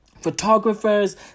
photographers